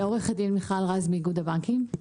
אני עו"ד, מאיגוד הבנקים.